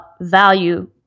value